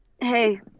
Hey